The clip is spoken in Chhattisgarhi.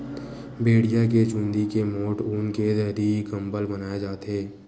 भेड़िया के चूंदी के मोठ ऊन के दरी, कंबल बनाए जाथे